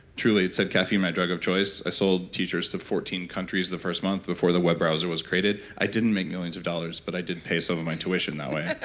truly, it said, caffeine my drug of choice. i sold tshirts to fourteen countries the first month before the web browser was created. i didn't make millions of dollars but i did pay so some of my tuition that way.